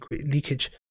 leakage